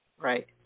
Right